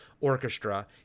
orchestra